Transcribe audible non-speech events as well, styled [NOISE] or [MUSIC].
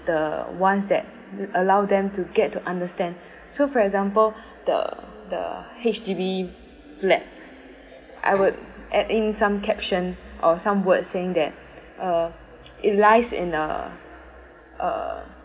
the ones that wil~ allow them to get to understand so for example [BREATH] the the H_D_B flat I would add in some caption or some words saying that [BREATH] uh it lies in a uh